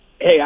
Hey